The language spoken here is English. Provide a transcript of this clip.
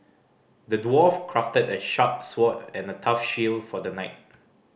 the dwarf crafted a sharp sword and a tough shield for the knight